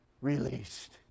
released